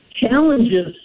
challenges